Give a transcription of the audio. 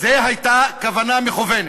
זו הייתה כוונה מכוונת.